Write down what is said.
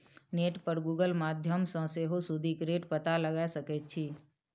net पर Google माध्यमसँ सेहो सुदिक रेट पता लगाए सकै छी